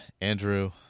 Andrew